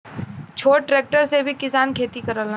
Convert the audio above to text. छोट ट्रेक्टर से भी किसान खेती करलन